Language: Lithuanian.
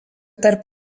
tarp